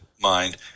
mind